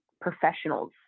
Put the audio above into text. professionals